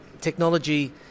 technology